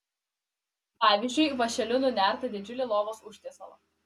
pavyzdžiui vąšeliu nunertą didžiulį lovos užtiesalą